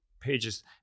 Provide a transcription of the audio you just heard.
pages